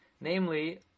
namely